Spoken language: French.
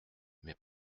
mais